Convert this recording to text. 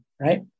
Right